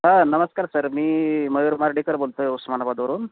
हा नमस्कार सर मी मयूर मारडीकर बोलतो आहे उस्मानाबादवरून